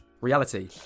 Reality